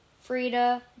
Frida